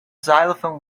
xylophone